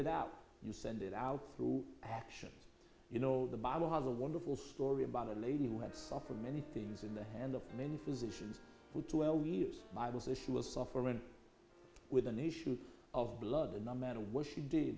it out you send it out through action you know the bible has a wonderful story about a lady who had suffered many things at the hand of many physicians for twelve years bible say she was suffering with an issue of blood and no matter what she did